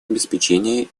обеспечения